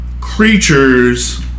creatures